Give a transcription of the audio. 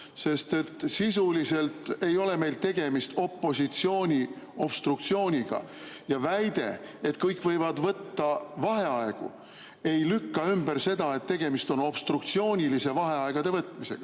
sest sisuliselt ei ole meil tegemist opositsiooni obstruktsiooniga, ja väide, et kõik võivad võtta vaheaegu, ei lükka ümber seda, et tegemist on obstruktsioonilise vaheaegade võtmisega.